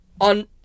on